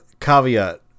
Caveat